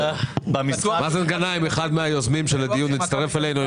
מאזן גנאים, אחד מהיוזמים של הדיון הצטרף אלינו.